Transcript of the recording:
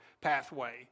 pathway